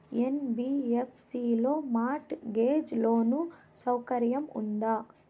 NBFC లో mortgage loan సౌకర్యం ఉందా?